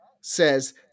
says